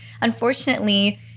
unfortunately